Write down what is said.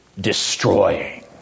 destroying